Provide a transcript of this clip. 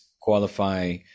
qualify